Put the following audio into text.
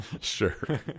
Sure